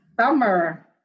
Summer